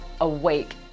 awake